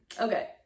Okay